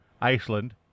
Iceland